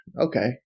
okay